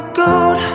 gold